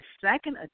second